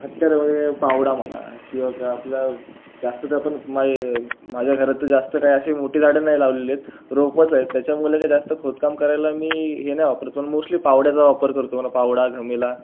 हत्यारं म्हणजे काय फावडा म्हणा किंवा काय आपला जास्त तर आपण माझे माझ्या घरात तर जास्त काय असे मोठे झाडं नाही लावलेली आहेत रोपंच आहे त्याच्यामुळे ते जास्त खोदकाम करायला मी हे नाही वापरत पण मोस्टली फावड्याचा वापर करतो अन फावडा घमेला